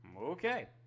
Okay